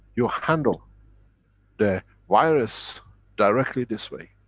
you handle the virus directly this way.